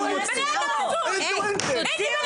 אל תדבר